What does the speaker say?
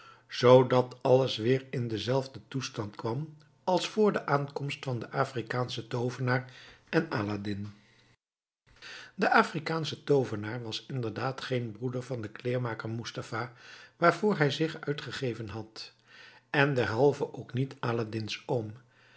zoodat alles weer in denzelfden toestand kwam als vor de aankomst van den afrikaanschen toovenaar en aladdin de afrikaansche toovenaar was inderdaad geen broeder van den kleermaker moestafa waarvoor hij zich uitgegeven had en derhalve ook niet aladdin's oom